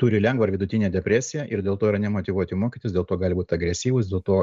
turi lengvą ar vidutinę depresiją ir dėl to yra nemotyvuoti mokytis dėl to gali būt agresyvūs dėl to